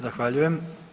Zahvaljujem.